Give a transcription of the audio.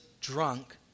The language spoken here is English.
drunk